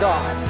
God